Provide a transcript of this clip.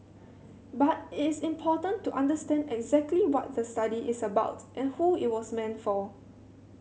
but it is important to understand exactly what the study is about and who it was meant for